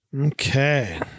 Okay